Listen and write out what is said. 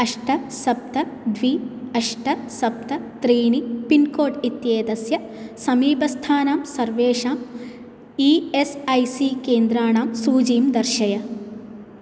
अष्ट सप्त द्वि अष्ट सप्त त्रीणि पिन्कोड् इत्येतस्य समीपस्थानां सर्वेषाम् ई एस् ऐ सी केन्द्राणां सूचिं दर्शय